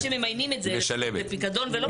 כשממיינים את זה לפיקדון ולא פיקדון.